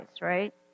right